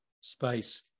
space